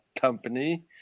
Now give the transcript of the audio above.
company